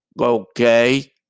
Okay